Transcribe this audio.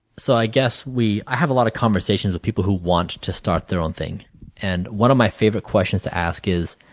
so, i guess we i have a lot of conversations with people who want to start their own thing and one of my favorite questions to ask is,